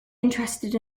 interested